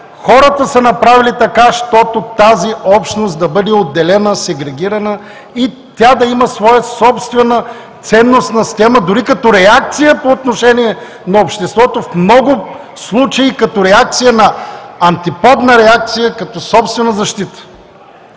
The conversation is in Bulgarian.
хората са направили така, щото тази общност да бъде отделена, сегрегирана и тя да има своя собствена ценностна система, дори като реакция по отношение на обществото, в много случаи, като реакция на антиподна реакция, като собствена защита.